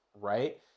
right